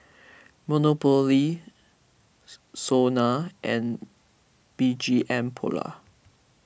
Monopoly Sona and B G M Polo